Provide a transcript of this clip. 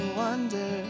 wonder